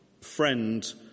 Friend